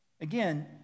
Again